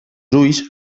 ulls